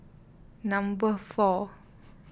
number four